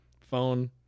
phone